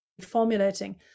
formulating